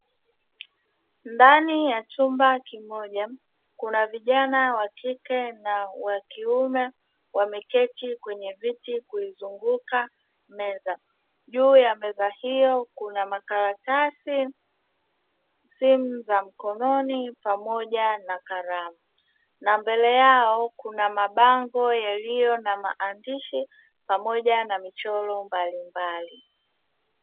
Ndani ya chumba kimoja kuna vijana wakike na wakiume wameketi kwenye viti kuizunguka meza. Juu ya meza hiyo kuna: makaratasi, simu za mkononi pamoja na kalamu; na mbele yao kuna mabango yaliyo na maandishi pamoja na michoro mbalimbali.